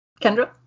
Kendra